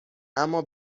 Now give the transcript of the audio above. اما